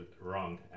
wrong